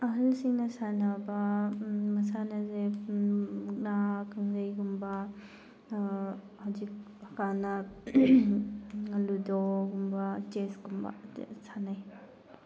ꯑꯍꯜꯁꯤꯡꯅ ꯁꯥꯟꯅꯕ ꯃꯁꯥꯟꯅꯁꯦ ꯃꯨꯛꯅꯥ ꯀꯥꯡꯖꯩꯒꯨꯝꯕ ꯍꯧꯖꯤꯛ ꯀꯥꯟꯅ ꯂꯨꯗꯣꯒꯨꯝꯕ ꯆꯦꯁ ꯀꯨꯝꯕ ꯁꯥꯟꯅꯩ